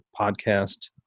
podcast